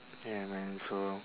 ya man so